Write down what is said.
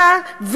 היא באה,